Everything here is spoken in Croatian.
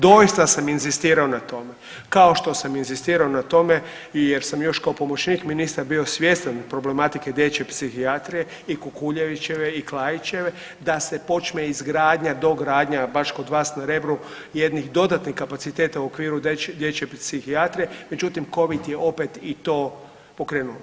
Doista sam inzistirao na tome, kao što sam inzistirao na tome jer sam još kao pomoćnik ministra bio svjestan problematike dječje psihijatrije i Kukuljevićeve i Klaićeve, da se počne izgradnja, dogradnja, baš kod vas na Rebru jednih dodatnih kapaciteta u okviru dječje psihijatrije, međutim Covid je opet i to pokrenuo.